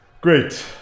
Great